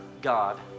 God